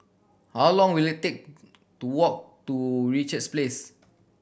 how long will it take to walk to Richards Place